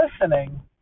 listening